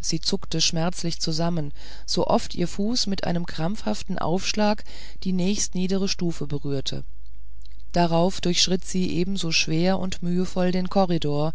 sie zuckte schmerzlich zusammen sooft ihr fuß mit einem krampfhaften aufschlag die nächst niedere stufe berührte darauf durchschritt sie ebenso schwer und mühevoll den korridor